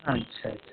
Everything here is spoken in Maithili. अच्छा